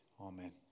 Amen